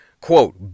Quote